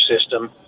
system